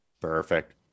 perfect